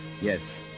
Yes